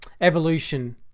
evolution